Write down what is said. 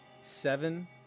seven